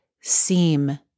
seem